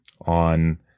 on